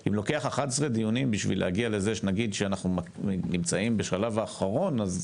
אם לוקח 11 דיונים בשביל להגיע לכך שנגיד שאנחנו נמצאים בשלב האחרון אז